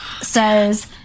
says